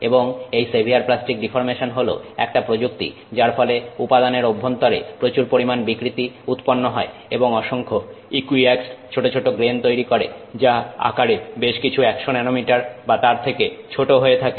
এবং এই severe plastic deformation হল একটা প্রযুক্তি যার ফলে উপাদানের অভ্যন্তরে প্রচুর পরিমাণ বিকৃতি উৎপন্ন হয় এবং অসংখ্য ইকুইঅ্যাক্সড ছোট ছোট গ্রেন তৈরি করে যা আকারে বেশ কিছু 100 ন্যানোমিটার বা তার থেকে ছোট হয়ে থাকে